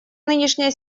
нынешняя